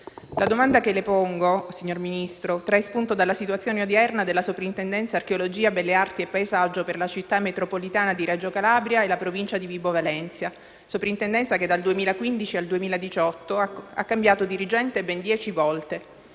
La domanda che le pongo, signor Ministro, trae spunto dalla situazione odierna della Soprintendenza archeologia belle arti e paesaggio (SABAP) per la città metropolitana di Reggio Calabria e la Provincia di Vibo Valentia, che dal 2015 al 2018 ha cambiato dirigente ben dieci volte.